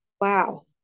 Wow